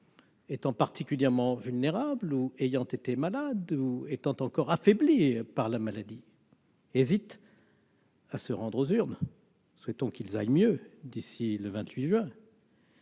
sont particulièrement vulnérables, ont été malades, ou sont encore affaiblis par la maladie, hésitent à se rendre aux urnes. Nous souhaitons qu'ils aillent mieux d'ici au 28 juin,